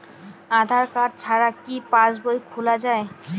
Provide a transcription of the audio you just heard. আধার card ছাড়া কি পাসবই খোলা যায়?